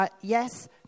yes